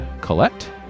Colette